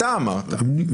אצה לכם הדרך.